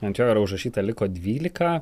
ant jo yra užrašyta liko dvylika